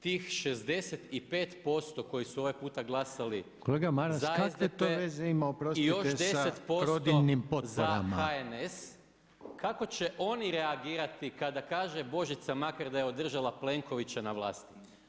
Tih 65% koji su ovaj puta glasali… … [[Govornici govore u isto vrijeme, ne razumije se.]] Kako će oni reagirati kada kaže Božica Makar da je održala Plenkovića na vlasti?